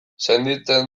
sentitzen